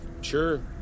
sure